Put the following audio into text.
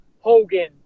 Hogan